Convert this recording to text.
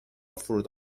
فرود